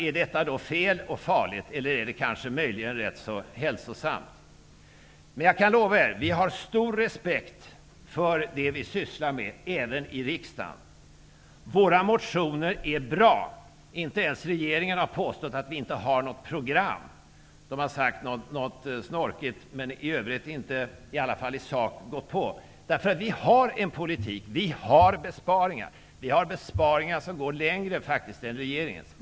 Är detta fel och farligt, eller är det möjligen rätt så hälsosamt? Jag kan lova er att vi har stor respekt för det som vi sysslar med, även här i riksdagen. Våra motioner är bra. Inte ens regeringen har påstått att vi inte har något program. Man har sagt någonting snorkigt, men i övrigt inte gått emot i sak. Vi har en politik som innehåller besparingar. Våra besparingar går längre än regeringens.